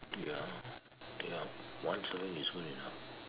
ya ya once a week is good enough